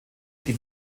die